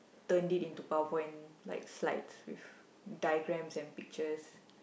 turn it into power point like slides with diagram and pictures